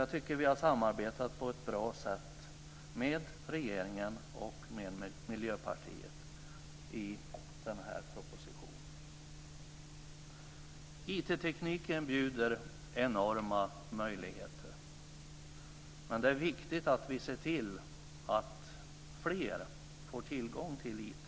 Jag tycker att vi har samarbetat på ett bra sätt med regeringen och Miljöpartiet i den här propositionen. IT bjuder enorma möjligheter. Men det är viktigt att vi ser till att fler än i dag får tillgång till IT.